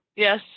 Yes